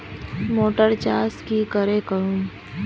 Motor चास की करे करूम?